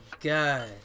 god